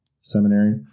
seminary